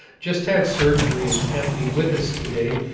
just had surgery, and can't be with us today,